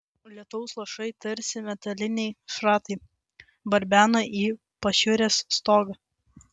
lietaus lašai tarsi metaliniai šratai barbeno į pašiūrės stogą